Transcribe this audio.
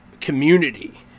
community